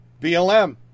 BLM